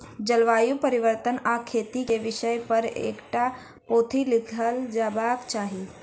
जलवायु परिवर्तन आ खेती के विषय पर एकटा पोथी लिखल जयबाक चाही